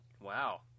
wow